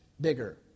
bigger